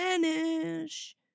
vanish